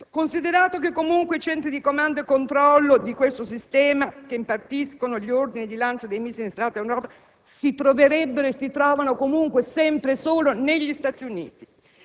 considerato che, comunque, i centri di comando e di controllo di questo sistema che impartiscono gli ordini di lancio dei missili schierati in Europa si troverebbero e si trovano sempre e solo negli Stati Uniti;